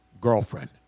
girlfriend